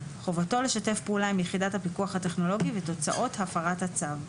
חובתו לשתף פעולה עם יחידת הפיקוחי הטכנולוגי ותוצאות הפרת הצו.